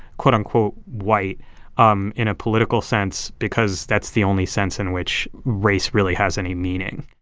quote, unquote, white um in a political sense because that's the only sense in which race really has any meaning